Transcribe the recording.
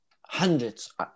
hundreds